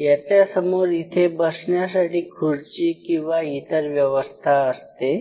याच्यासमोर इथे बसण्यासाठी खुर्ची किंवा इतर व्यवस्था असते